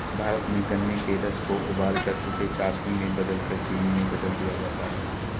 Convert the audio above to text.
भारत में गन्ने के रस को उबालकर उसे चासनी में बदलकर चीनी में बदल दिया जाता है